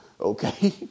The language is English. Okay